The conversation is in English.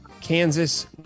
Kansas